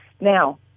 Now